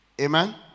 amen